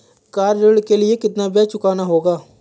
Car ऋण के लिए कितना ब्याज चुकाना होगा?